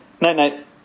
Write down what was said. Night-night